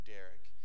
Derek